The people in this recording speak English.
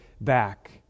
back